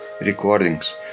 recordings